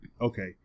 okay